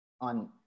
on